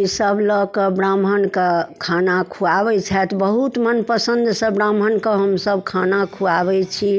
ईसब लऽ कऽ ब्राह्मणके खाना खुआबै छथि बहुत मनपसन्दसँ ब्राह्मणके हमसभ खाना खुआबै छी